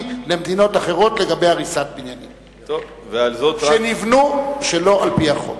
ממדינות אחרות לגבי הריסת בניינים שנבנו שלא על-פי החוק.